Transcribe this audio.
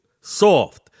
soft